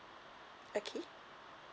okay